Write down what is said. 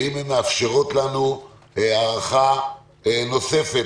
האם הן מאפשרות לנו הארכה נוספת.